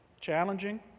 challenging